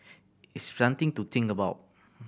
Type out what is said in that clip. it's something to think about